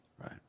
Right